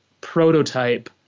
prototype